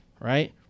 right